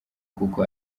kuko